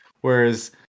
Whereas